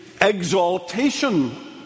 exaltation